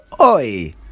oi